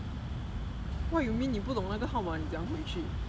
what you mean 你不懂那个号码你怎样回去